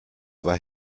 war